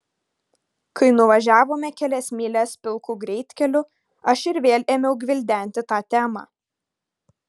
kai nuvažiavome kelias mylias pilku greitkeliu aš ir vėl ėmiau gvildenti tą temą